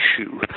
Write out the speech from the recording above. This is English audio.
issue